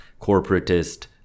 corporatist